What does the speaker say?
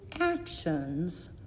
actions